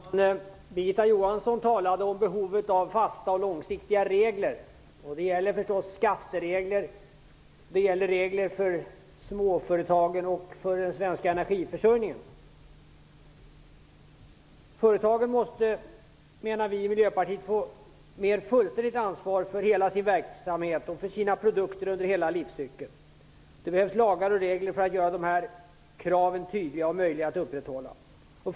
Herr talman! Birgitta Johansson talade om behovet av fasta och långsiktiga regler. Det gäller förstås skatteregler, det gäller regler för småföretagen, och det gäller regler för den svenska energiförsörjningen. Företagen måste, menar vi i Miljöpartiet, få ett mer fullständigt ansvar för hela sin verksamhet och för sina produkter under hela livscykeln. Det behövs lagar och regler för att göra de här kraven tydliga och möjliga att upprätthålla.